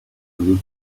groups